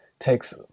takes